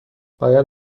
باید